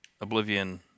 Oblivion